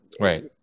Right